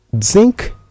zinc